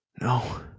No